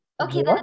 Okay